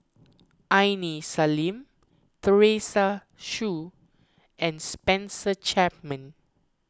Aini Salim Teresa Hsu and Spencer Chapman